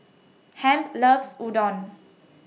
Hamp loves Udon